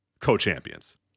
co-champions